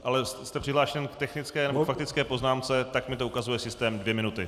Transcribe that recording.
Ale jste přihlášen k technické nebo faktické poznámce, tak mi to ukazuje systém dvě minuty.